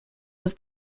was